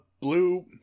Blue